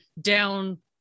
down